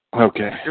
Okay